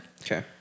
Okay